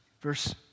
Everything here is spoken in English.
Verse